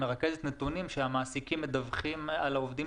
נתונים שהמעסיקים מדווחים על העובדים